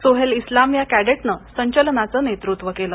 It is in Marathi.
सोहेल इस्लाम या कैंडेटने संचलनाचं नेतृत्व केलं